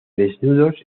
desnudos